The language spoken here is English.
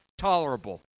tolerable